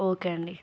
okay అండి